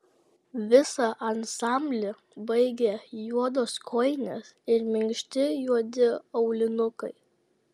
visą ansamblį baigė juodos kojinės ir minkšti juodi aulinukai